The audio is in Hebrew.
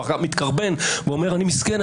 ואחר כך מתקרבן ואומר: אני מסכן,